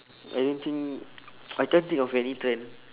I don't think I can't think of any trend